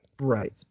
Right